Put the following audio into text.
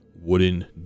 wooden